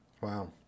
Wow